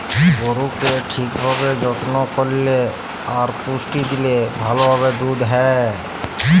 গরুকে ঠিক ভাবে যত্ন করল্যে আর পুষ্টি দিলে ভাল ভাবে দুধ হ্যয়